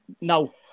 No